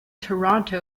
toronto